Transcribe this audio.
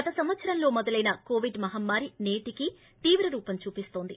గత సంవత్సరం లో మొదలైన కోవిడ్ మహమ్మారి నేటికీ తీవ్ర రూపం చూపిస్తోంది